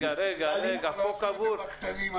אפשר לעשות את זה באופן דיפרנציאלי.